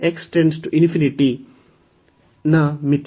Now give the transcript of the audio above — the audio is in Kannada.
ಆದ್ದರಿಂದ ಈ ಕ್ರಿಯೆಯ ನ ಮಿತಿ